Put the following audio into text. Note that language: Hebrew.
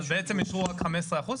אז בעצם אישרו רק 15%?